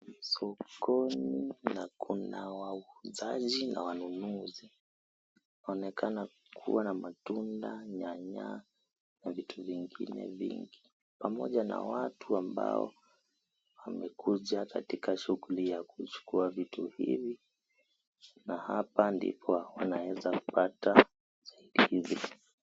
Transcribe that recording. Sokoni na kuna wauzaji na wanunuzi, paonekana kuwa na matunda, nyanya na vitu vingine vingi, pamoja na watu ambao wamekuja katika shughuli ya kuchukua vitu hivi na hapa ndipo wanaeza pata hizi.